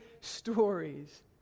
stories